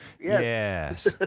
Yes